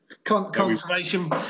Conservation